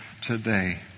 today